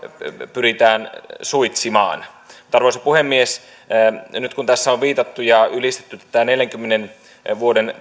pyritään suitsimaan arvoisa puhemies nyt kun tässä on ylistetty tätä neljänkymmenen vuoden